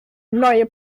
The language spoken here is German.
neue